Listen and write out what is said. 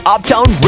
Uptown